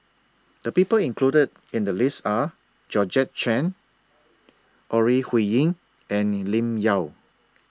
The People included in The list Are Georgette Chen Ore Huiying and Lim Yau